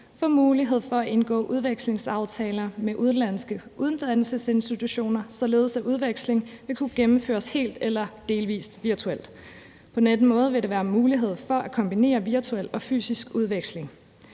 får mulighed for at indgå udvekslingsaftaler med udenlandske uddannelsesinstitutioner, således at udveksling vil kunne gennemføres helt eller delvis virtuelt. På den måde vil der være mulighed for at kombinere virtuel og fysisk udveksling.